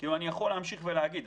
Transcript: אני יכול להמשיך ולהקריא.